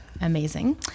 amazing